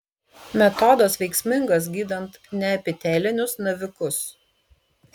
metodas veiksmingas gydant neepitelinius navikus